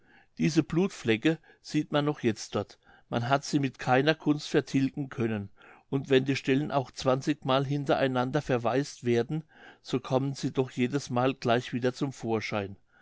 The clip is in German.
diese blutflecke sieht man noch jetzt dort man hat sie mit keiner kunst vertilgen können und wenn die stellen auch zwanzigmal hinter einander überweißt werden so kommen sie doch jedesmal gleich wieder zum vorschein